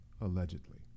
allegedly